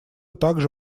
также